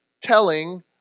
telling